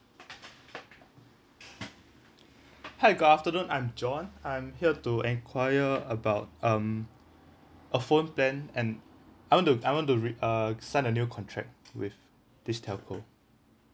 hi good afternoon I'm john I'm here to enquire about um a phone plan and I want to I want to re~ uh sign a new contract with this telco